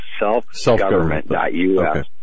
selfgovernment.us